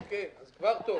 אוקיי, כבר טוב.